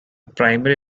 primary